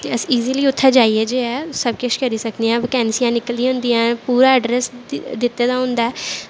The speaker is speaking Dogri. ते अस इज़ली उत्थें जाइयै सब किश करी सकने आं वैकेंसियां निकली दियां होंदियां ते पूरा एड्रेस दित्ते दा होंदा ऐ